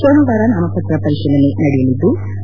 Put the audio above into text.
ಸೋಮವಾರ ನಾಮಪತ್ರ ಪರಿತೀಲನೆ ನಡೆಯಲಿದ್ಲು